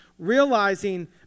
realizing